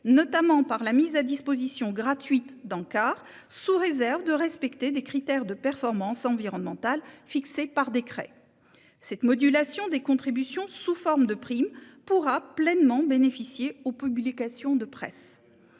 notamment par la mise à disposition gratuite d'encarts, sous réserve de respecter des critères de performance environnementale fixés par décret. Cette modulation des contributions sous forme de prime pourra pleinement bénéficier aux publications de presse.